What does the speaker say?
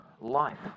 life